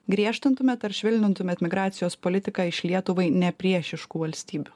griežtintumėt ar švelnintumėt migracijos politiką iš lietuvai ne priešiškų valstybių